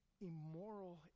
immoral